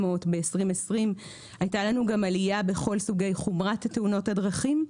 בשנת 2020. הייתה לנו עלייה בכל סוגי חומרת תאונות הדרכים,